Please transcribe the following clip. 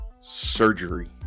surgery